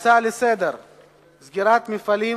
הנושא הבא הוא סגירת מפעלים